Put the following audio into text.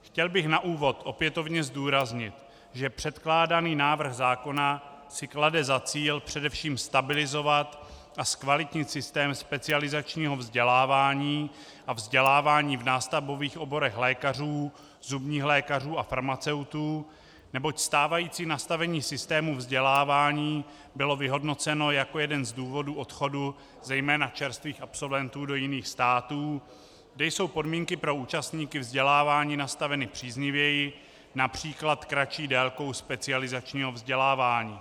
Chtěl bych na úvod opětovně zdůraznit, že předkládaný návrh zákona si klade za cíl především stabilizovat a zkvalitnit sytém specializačního vzdělávání a vzdělávání v nástavbových oborech lékařů, zubních lékařů a farmaceutů, neboť stávající nastavení systému vzdělávání bylo vyhodnoceno jako jeden z důvodů odchodu zejména čerstvých absolventů do jiných států, kde jsou podmínky pro účastníky vzdělávání nastaveny příznivěji, například kratší délkou specializačního vzdělávání.